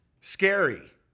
scary